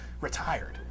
retired